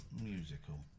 Musical